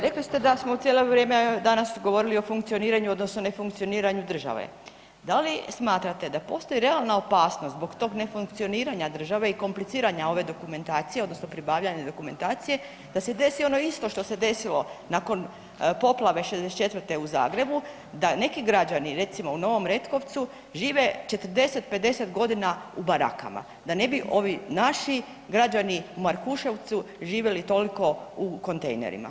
Rekli ste da smo cijelo vrijeme danas govorili o funkcioniranju odnosno ne funkcioniranju države, da li smatrate da postoji realna opasnost zbog tog ne funkcioniranja države i kompliciranja ove dokumentacije odnosno pribavljanja dokumentacije da se desi ono isto što se desilo nakon poplave '64. u Zagrebu da neki građani recimo u Novom Retkovcu žive 40, 50 godina u barakama, da ne bi ovi naši građani u Markuševcu živjeli toliko u kontejnerima?